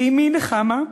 לאמי נחמה,